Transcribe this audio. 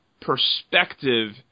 perspective